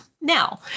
Now